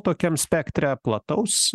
tokiam spektre plataus